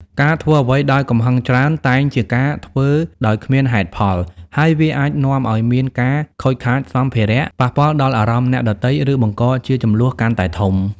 ការធ្វើអ្វីដោយកំហឹងច្រើន តែងជាការធ្វើដោយគ្មានហេតុផល ហើយ វាអាចនាំឲ្យមានការខូចខាតសម្ភារៈ ប៉ះពាល់ដល់អារម្មណ៍អ្នកដទៃ ឬបង្កជាជម្លោះកាន់តែធំ។